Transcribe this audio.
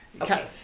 Okay